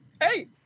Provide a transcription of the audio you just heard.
Hey